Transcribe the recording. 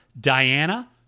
Diana